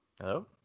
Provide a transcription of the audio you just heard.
Hello